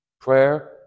prayer